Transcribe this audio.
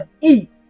eat